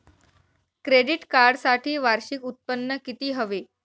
Credit कार्डसाठी वार्षिक उत्त्पन्न किती हवे?